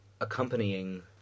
accompanying